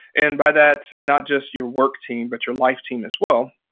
and by that, not just your work team but your life team as well.